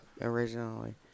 Originally